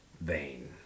vein